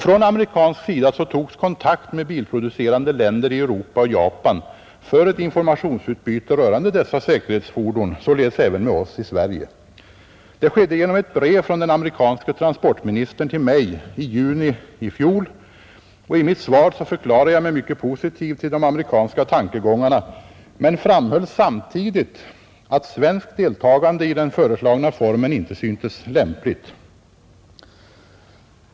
Från amerikansk sida togs kontakt med bilproducerande länder i Europa och med Japan för ett informationsutbyte rörande dessa säkerhetsfordon, således även med Sverige. Det skedde genom ett brev från den amerikanske transportministern till mig i juni i fjol. I mitt svar förklarade jag mig mycket positiv till de amerikanska tankegångarna men framhöll samtidigt att svenskt deltagande i den föreslagna formen inte syntes lämpligt.